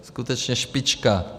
Skutečně špička.